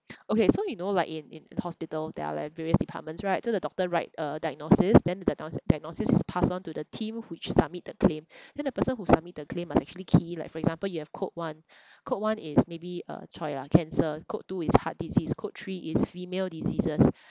okay so you know like in in hospital there are like various departments right so the doctor write a diagnosis then the diagno~ diagnosis is passed on to the team which submit the claim then the person who submit the claim must actually key like for example you have code one code one is maybe uh !choy! ah cancer code two is heart disease code three is female diseases